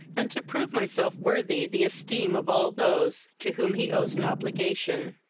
and to prove myself worthy the esteem of all those to whom he owes an obligation.